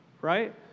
right